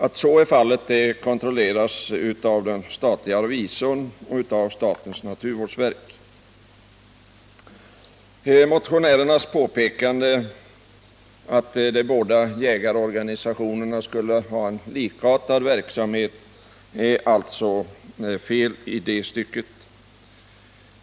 Att så är fallet kontrolleras av den statliga revisorn och statens naturvårdsverk. Motionärernas påpekande att de båda jägarorganisationerna skulle ha likartad verksamhet är alltså fel i det stycket.